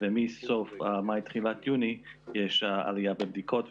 ומסוף מאי תחילת יוני יש עלייה במספר הבדיקות,